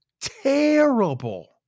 terrible